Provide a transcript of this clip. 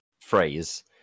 phrase